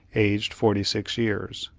aged forty-six years.